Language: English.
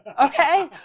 okay